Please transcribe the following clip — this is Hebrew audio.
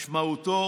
משמעותו,